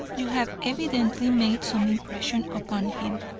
you have evidently made some impression upon him,